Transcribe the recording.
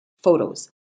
photos